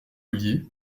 ollier